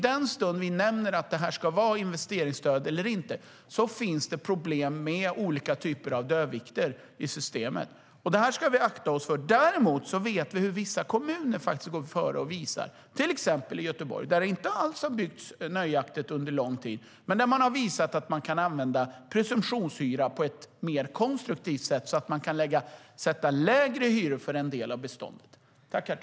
Den stund vi nämner att det ska vara investeringsstöd finns det problem med olika typer av dödvikter i systemet. Det ska vi akta oss för.